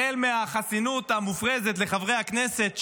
החל מהחסינות המופרזת לחברי הכנסת,